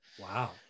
Wow